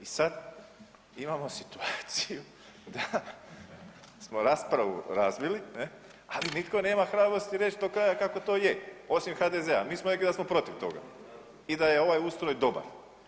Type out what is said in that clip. I sad imamo situaciju da smo raspravu razvili ne, ali nitko nema hrabrosti reći do kraja kako to je osim HDZ-a, mi smo rekli da smo protiv toga i da je ovaj ustroj dobar.